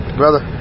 brother